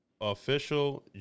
Official